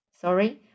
Sorry